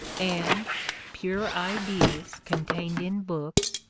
and pure ideas contained in books,